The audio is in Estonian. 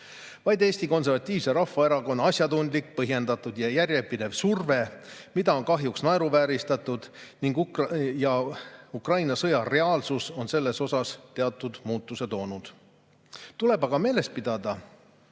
Vaid Eesti Konservatiivse Rahvaerakonna asjatundlik, põhjendatud ja järjepidev surve, mida on kahjuks naeruvääristatud, ja Ukraina sõja reaalsus on sellesse teatud muutusi toonud. Tuleb aga meeles pidada,